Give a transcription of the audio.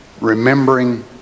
Remembering